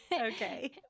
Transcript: Okay